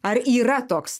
ar yra toks